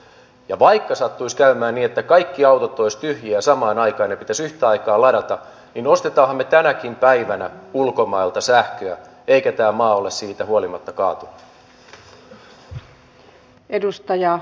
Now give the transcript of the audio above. ja vaikka sattuisi käymään niin että kaikki autot olisivat tyhjiä samaan aikaan ja ne pitäisi yhtä aikaa ladata niin ostammehan me tänäkin päivänä ulkomailta sähköä eikä tämä maa ole siitä huolimatta kaatunut